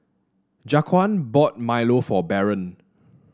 Jaquan bought milo for Barron